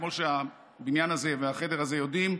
כמו שהבניין הזה והחדר הזה יודעים,